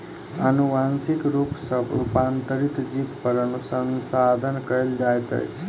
अनुवांशिक रूप सॅ रूपांतरित जीव पर अनुसंधान कयल जाइत अछि